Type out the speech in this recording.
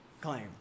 claim